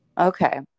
Okay